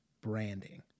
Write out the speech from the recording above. branding